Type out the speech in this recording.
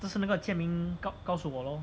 这是那个 jian ming 告告诉我 lor